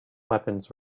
weapons